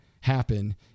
happen